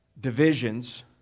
divisions